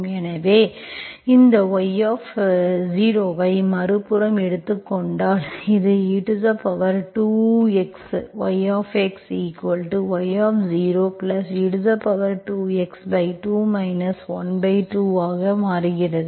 எனவே இந்த y0 ஐ மறுபுறம் எடுத்துக் கொண்டால் இது e2xyxy0e2x2 12 ஆக மாறுகிறது